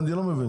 אני לא מבין.